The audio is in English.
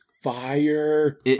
fire